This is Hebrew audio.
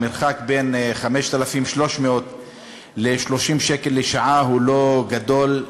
המרחק בין 5,300 ל-30 שקל לשעה הוא לא גדול,